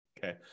okay